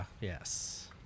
yes